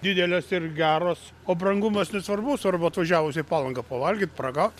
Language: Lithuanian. didelės ir geros o brangumas nesvarbu svarbu atvažiavus į palangą pavalgyt paragaut